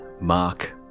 mark